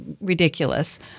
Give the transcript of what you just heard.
ridiculous